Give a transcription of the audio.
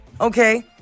okay